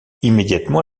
immédiatement